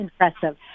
impressive